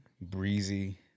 Breezy